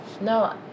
no